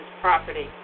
property